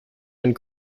end